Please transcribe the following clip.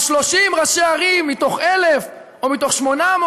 אז 30 ראשי ערים מתוך 1,000 או מתוך 800,